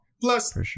Plus